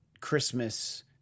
Christmas